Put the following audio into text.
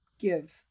Give